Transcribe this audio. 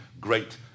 great